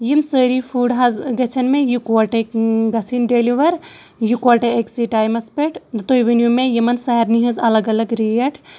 یِم سٲری فُڈ حظ گژھن مےٚ یِکوَٹَے گژھٕنۍ ڈیلِوَر یِکوَٹَے أکسٕے ٹایمَس پٮ۪ٹھ تُہۍ ؤنِو مےٚ یِمَن سارنی ہِنٛز الگ الگ ریٹ